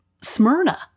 Smyrna